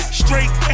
straight